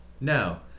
No